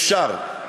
אפשר.